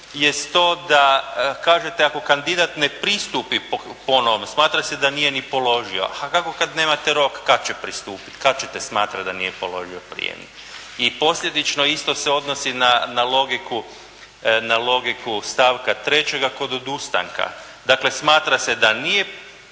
jest to da kažete ako kandidat ne pristupi po novom smatra da nije ni položio. A kako kad nemate rok kad će pristupiti, kad ćete smatrat da nije položio prijemni? I posljedično isto se odnosi na logiku stavka 3. kod odustanka. Dakle, smatra se da nije